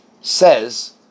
says